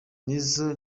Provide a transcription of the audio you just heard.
nizzo